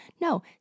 No